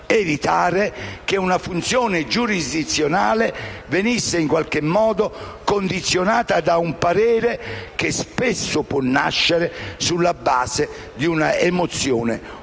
evitare che una funzione giurisdizionale venisse in qualche modo condizionata da un parere che spesso può nascere sulla base di una emozione umana.